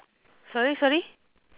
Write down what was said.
sorry sorry